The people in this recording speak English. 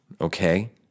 okay